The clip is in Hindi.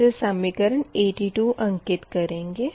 इसे समीकरण 82 अंकित करेंगे